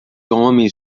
homens